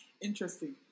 Interesting